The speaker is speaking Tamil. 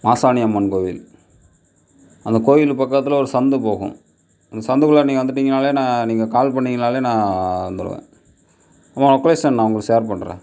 மாசாணி அம்மன் கோவில் அந்த கோவில் பக்கத்தில் ஒரு சந்துப் போகும் அந்த சந்துக்குள்ளே நீங்கள் வந்துவிட்டிங்கன்னாலே நான் நீங்கள் கால் பண்ணிங்கன்னாலே நான் வந்துவிடுவேன் என் லொக்கேசன் நான் உங்களுக்கு சேர் பண்ணுறேன்